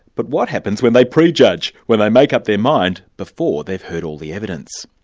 but what happens when they pre-judge, when they make up their mind before they've heard all the evidence?